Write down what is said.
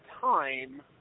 time